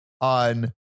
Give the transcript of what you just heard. on